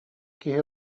киһи